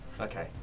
Okay